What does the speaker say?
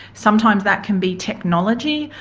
sometimes that can be technology,